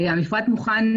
מזמן המפרט מוכן.